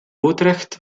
utrecht